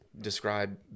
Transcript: describe